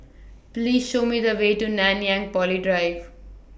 Please Show Me The Way to Nanyang Poly Drive